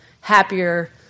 happier